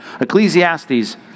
Ecclesiastes